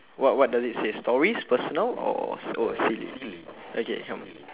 what what does it say stories personal or or silly okay come